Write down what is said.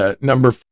number